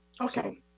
okay